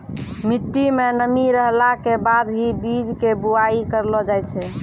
मिट्टी मं नमी रहला के बाद हीं बीज के बुआई करलो जाय छै